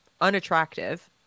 unattractive